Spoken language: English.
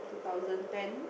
two thousand ten